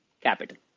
capital